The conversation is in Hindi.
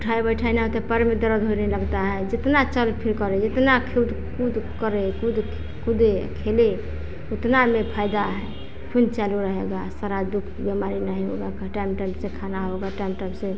उठाय बैठाय न तो पैर में दर्द होने लगता है जितना चल फिर करे जितना खेल कूद करे कूद कूदे खेले उतना हमें फायदा है खून चालू रहेगा सारा दुख बीमारी नहीं होगा टाइम टाइम से खाना होगा टाइम टाइम से